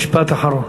משפט אחרון.